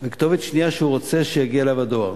בה וכתובת שנייה שהוא רוצה שיגיע אליה הדואר.